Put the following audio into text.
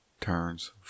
turns